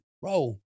bro